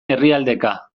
herrialdeka